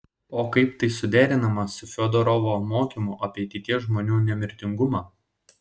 o kaip tai suderinama su fiodorovo mokymu apie ateities žmonių nemirtingumą